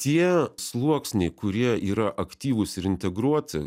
tie sluoksniai kurie yra aktyvūs ir integruoti